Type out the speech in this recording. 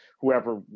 whoever